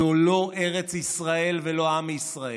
זו לא ארץ ישראל ולא עם ישראל,